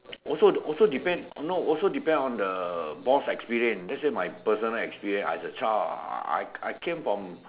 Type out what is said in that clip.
also also depend no also depend on the boss experience let say my personal experience as a child I I came from